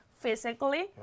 physically